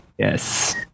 Yes